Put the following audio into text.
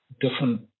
different